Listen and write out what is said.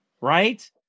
right